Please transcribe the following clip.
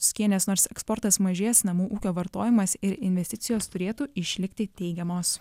tuskienės nors ir eksportas mažės namų ūkio vartojimas ir investicijos turėtų išlikti teigiamos